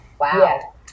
Wow